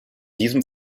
diesem